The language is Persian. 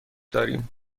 داریم